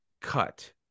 Cut